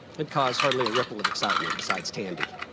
had caused hardly a ripple of excitement, besides tandy,